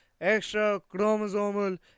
extra-chromosomal